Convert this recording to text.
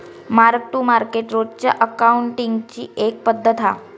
mark to market रोजच्या अकाउंटींगची एक पद्धत हा